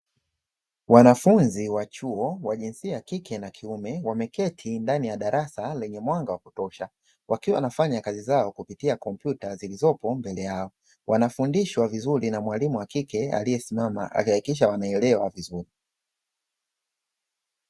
Wanafunzi wa chuo wa jinsia ya kike na wa kiume, wameketi ndani ya darasa lenye mwanga wa kutosha, wakiwa wanafanya kazi zao kupitia kompyuta mbele yao, wanafundishwa vizuri na mwalimu wa kike aliyesimama akihakikisha wanaelewa vizuri.